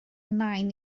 nain